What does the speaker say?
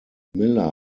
miller